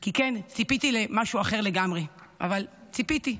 כי כן, ציפיתי למשהו אחר לגמרי, אבל ציפיתי.